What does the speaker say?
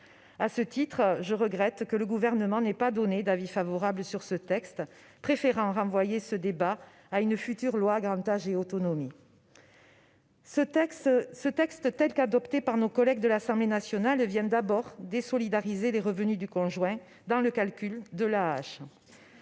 À ce titre, je regrette que le Gouvernement n'ait pas donné un avis favorable à ce texte, préférant renvoyer ce débat à une future loi Grand Âge et autonomie. Cette proposition de loi, telle qu'adoptée par nos collègues de l'Assemblée nationale, vient d'abord désolidariser les revenus du conjoint dans le calcul de l'AAH.